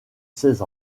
seize